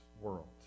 world